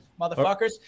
motherfuckers